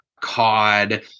cod